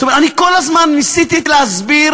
אני כל הזמן ניסיתי להסביר,